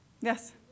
Yes